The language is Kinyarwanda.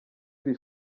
iri